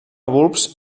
bulbs